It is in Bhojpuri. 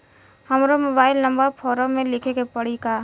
हमरो मोबाइल नंबर फ़ोरम पर लिखे के पड़ी का?